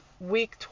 week